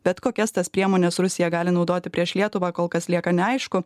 bet kokias tas priemones rusija gali naudoti prieš lietuvą kol kas lieka neaišku